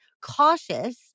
cautious